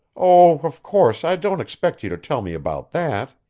oh, of course i don't expect you to tell me about that.